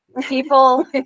people